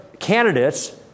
candidates